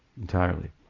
entirely